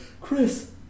Chris